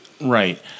Right